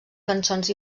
cançons